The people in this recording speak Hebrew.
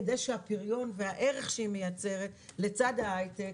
כדי שהפריון והערך שהיא מייצרת לצד ההיי-טק